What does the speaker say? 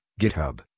GitHub